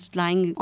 lying